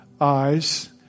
eyes